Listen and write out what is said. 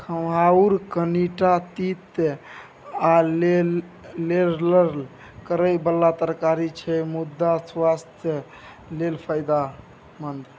खमहाउर कनीटा तीत आ लेरलेर करय बला तरकारी छै मुदा सुआस्थ लेल फायदेमंद